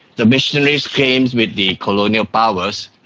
the missionaries came with the colonial powers.